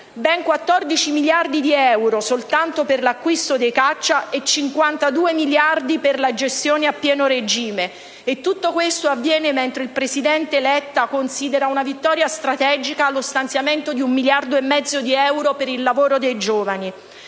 ben 14 miliardi di euro soltanto per l'acquisto dei caccia e 52 miliardi per la gestione a pieno regime; tutto questo avviene mentre il presidente Letta considera una vittoria strategica lo stanziamento di 1,5 miliardi di euro per il lavoro dei giovani.